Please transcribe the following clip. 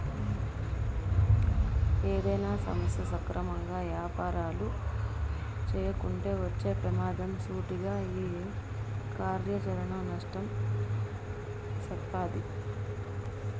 ఏదైనా సంస్థ సక్రమంగా యాపారాలు చేయకుంటే వచ్చే పెమాదం సూటిగా ఈ కార్యాచరణ నష్టం సెప్తాది